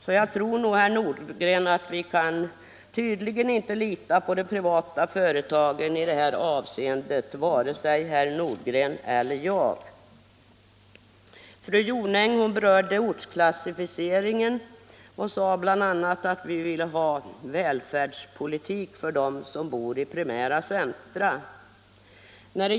Varken herr Nordgren eller fru Jonäng kan tydligen lita på de privata företagen i detta avseende. Fru Jonäng berörde ortsklassificeringen och sade bl.a. att socialdemokraterna vill bedriva välfärdspolitik för dem som bor i primära centra.